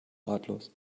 ratlos